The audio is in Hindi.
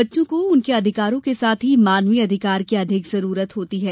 बच्चों को उनके अधिकार के साथ ही मानवीय अधिकार की अधिक जरूरत होती है